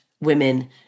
women